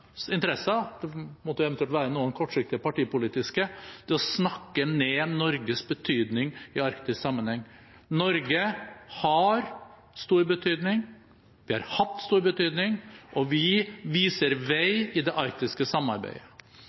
det måtte jo eventuelt være noe kortsiktig, partipolitisk – å snakke ned Norges betydning i arktisk sammenheng. Norge har stor betydning, vi har hatt stor betydning, og vi viser vei i det arktiske samarbeidet.